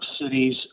cities